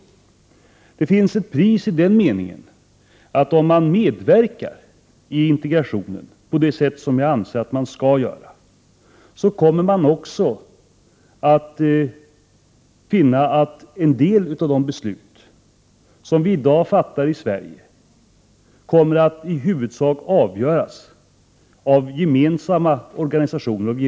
Men det finns ett pris i den meningen att om man medverkar i integrationen på det sätt som jag anser att man skall göra, kommer man också att finna att en del av de beslut som vi i dag fattar i Sverige kommer att i huvudsak avgöras av gemensamma organ.